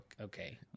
okay